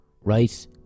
right